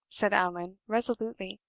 said allan, resolutely.